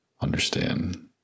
understand